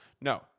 No